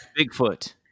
Bigfoot